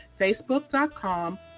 facebook.com